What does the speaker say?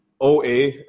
Oa